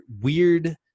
weird